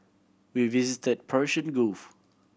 we visit Persian Gulf